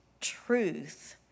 truth